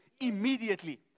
immediately